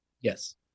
Yes